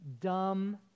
dumb